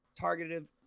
targeted